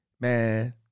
man